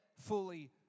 fully